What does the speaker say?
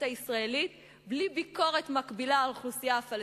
הישראלית בלי ביקורת מקבילה על האוכלוסייה הפלסטינית.